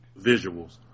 visuals